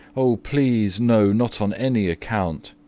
oh, please, no, not on any account,